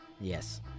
yes